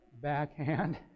backhand